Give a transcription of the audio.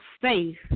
faith